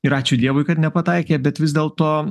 ir ačiū dievui kad nepataikė bet vis dėlto